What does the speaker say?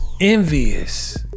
envious